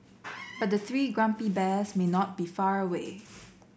but the three grumpy bears may not be far away